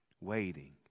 waiting